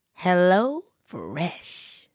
HelloFresh